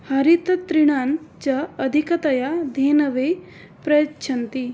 हरिततृणानि च अधिकतया धेनवे प्रयच्छन्ति